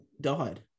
died